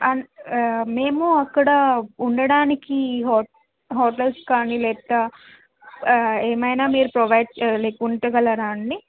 అన్ మేము అక్కడ ఉండటానికి హో హోటల్స్ కానీ లేకపోతే ఏమైనా మీరు ప్రొవైడ్ చే లైక్ ఉంచగలరా అండి